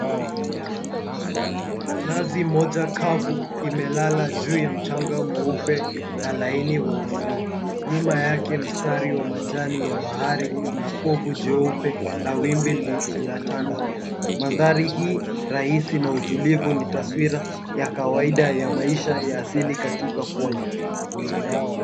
Nazi moja kavu imelala juu ya mchanga mweupe na laini wa ufuo. Nyuma yake mstari ya majani wa bahari na povu jeupe la wimbi linatanda. Mandhari hii raisi na utulivu ni taswira ya kawaida ya maisha ya asili katika pwani.